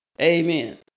amen